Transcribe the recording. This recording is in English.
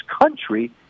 country